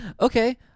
Okay